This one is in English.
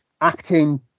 acting